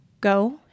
Go